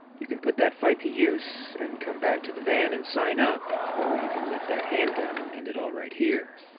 you can put that fight to use and come back to the van and sign up. or you can lift that handgun and end it all right here.